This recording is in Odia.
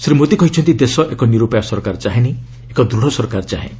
ଶ୍ରୀ ମୋଦି କହିଛନ୍ତି ଦେଶ ଏକ ନିରୁପାୟ ସରକାର ଚାହେଁନି ଏକ ଦୂଢ ସରକାର ଚାହେଁ